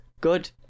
Good